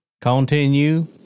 Continue